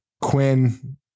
Quinn